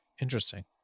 Interesting